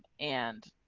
and,